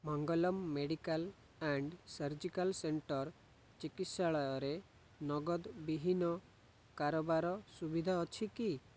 Mangalam medical and surgical centre ଚିକିତ୍ସାଳୟରେ ନଗଦ ବିହୀନ କାରବାର ସୁବିଧା ଅଛି କି